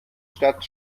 stadt